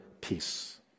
peace